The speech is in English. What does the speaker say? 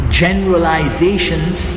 generalizations